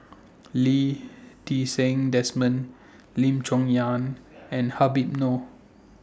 Lee Ti Seng Desmond Lim Chong Yah and Habib Noh